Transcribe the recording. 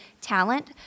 talent